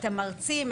המרצים,